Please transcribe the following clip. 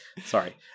Sorry